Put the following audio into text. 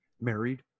Married